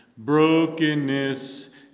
Brokenness